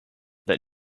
that